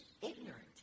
ignorant